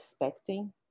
expecting